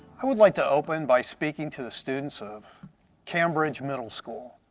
i would like to open by speaking to the students of cambridge middle school.